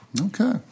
Okay